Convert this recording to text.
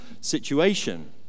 situation